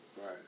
Right